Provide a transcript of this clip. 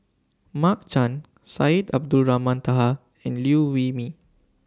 Mark Chan Syed Abdulrahman Taha and Liew Wee Mee